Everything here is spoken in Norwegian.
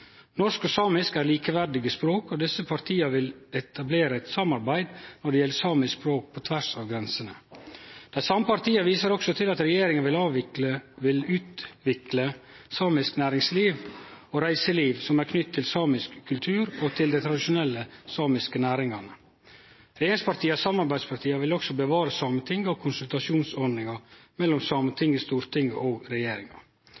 Norsk og samisk er likeverdige språk, og desse partia vil etablere eit samarbeid når det gjeld samisk språk på tvers av grensene. Dei same partia viser også til at regjeringa vil utvikle samisk næringsliv og reiseliv som er knytte til samisk kultur og til dei tradisjonelle samiske næringane. Regjeringspartia og samarbeidspartia vil også bevare Sametinget og konsultasjonsordninga mellom Sametinget, Stortinget og regjeringa.